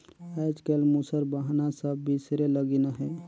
आएज काएल मूसर बहना सब बिसरे लगिन अहे